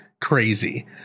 crazy